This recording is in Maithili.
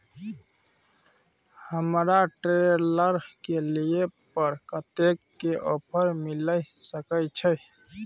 हमरा ट्रेलर के लिए पर कतेक के ऑफर मिलय सके छै?